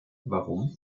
warum